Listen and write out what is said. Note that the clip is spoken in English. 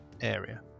area